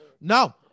No